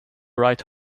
right